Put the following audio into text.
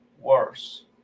worse